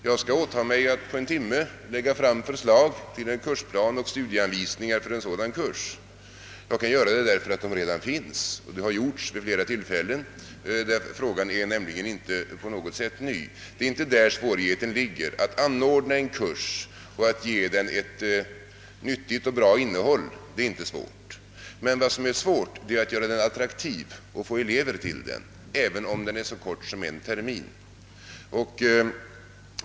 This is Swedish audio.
Jag skulle kunna åta mig att på en timme lägga fram förslag till kursplan och studieanvisningar för en sådan kurs, Det kan jag lova, eftersom sådana redan finns; frågan är inte på något sätt ny. Svårigheterna är alltså inte att anordna en kurs och att ge den ett nyttigt och bra innehåll. Vad som är svårt är att göra den attraktiv och få elever till den även om den är så kort som en termin.